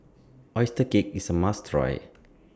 Oyster Cake IS A must Try